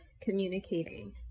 communicating